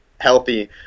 healthy